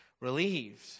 relieved